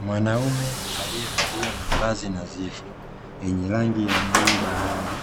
Mwanaume aliyevalia mavazi nadhifu yenye rangi ya bluu bahari